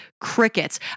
Crickets